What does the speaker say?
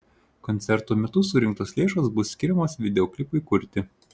koncerto metu surinktos lėšos bus skiriamos videoklipui kurti